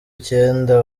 icyenda